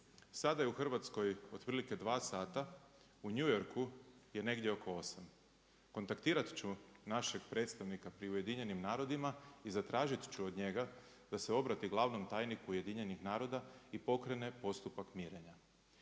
sada je u Hrvatskoj otprilike 2 sata, u New Yorku je negdje oko 8. Kontaktirat ću našeg predstavnika pri Ujedinjenim narodima i zatražit ću od njega da se obrati glavnom tajniku Ujedinjenih naroda i pokrene postupak mirenja.